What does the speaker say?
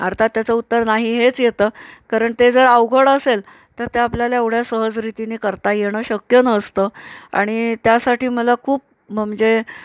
अर्थात त्याचं उत्तर नाही हेच येतं कारण ते जर अवघड असेल तर ते आपल्याला एवढ्या सहज रीतीनी करता येणं शक्य नसतं आणि त्यासाठी मला खूप ब म्हणजे